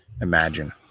imagine